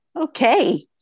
Okay